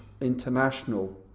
International